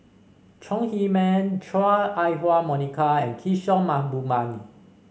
Chong Heman Chua Ah Huwa Monica and Kishore Mahbubani